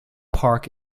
park